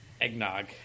eggnog